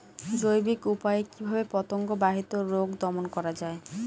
জৈবিক উপায়ে কিভাবে পতঙ্গ বাহিত রোগ দমন করা যায়?